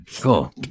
Cool